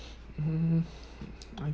mm I